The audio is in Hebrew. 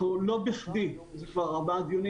לא בכדי אנחנו כבר אחרי ארבעה דיונים